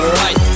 right